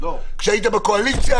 כשהיית בקואליציה,